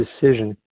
decision